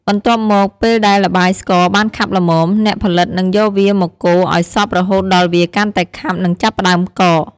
បន្ទាប់មក ពេលដែលល្បាយស្ករបានខាប់ល្មម អ្នកផលិតនឹងយកវាមកកូរឲ្យសព្វរហូតដល់វាកាន់តែខាប់និងចាប់ផ្តើមកក។